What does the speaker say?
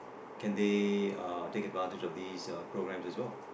can they uh take advantage of these uh programs as well